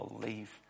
believe